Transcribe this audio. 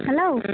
hello